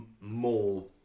more